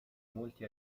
molti